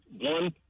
one